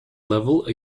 level